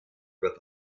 with